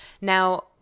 Now